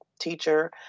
teacher